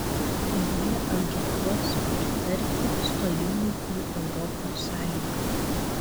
jie agituos pritarti stojimui į europos sąjungą